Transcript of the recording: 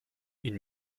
une